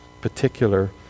particular